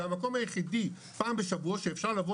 זה המקום היחידי פעם בשבוע שאפשר לבוא